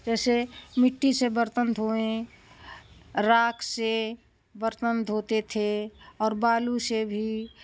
जैसे मिट्टी से बर्तन धोएं राख से बर्तन धोते थे और बालू से भी